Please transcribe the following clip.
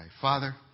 Father